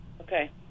Okay